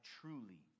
truly